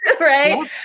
Right